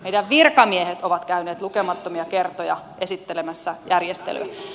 meidän virkamiehemme ovat käyneet lukemattomia kertoja esittelemässä järjestelyä